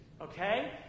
Okay